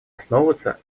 основываться